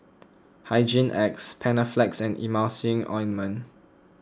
Hygin X Panaflex and Emulsying Ointment